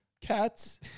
cats